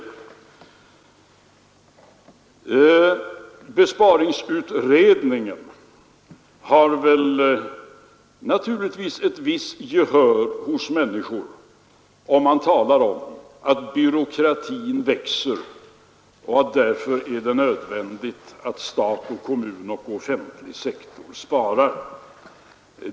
Besparingsutredningen får väl ett visst gehör hos människor, om man pekar på att byråkratin växer och det därför är nödvändigt att stat och kommun och offentlig sektor i övrigt sparar.